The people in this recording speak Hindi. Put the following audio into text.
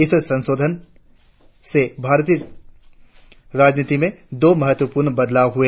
इस संशोधन से भारतीय राजनीति में दो महत्वपूर्ण बदलाव हुए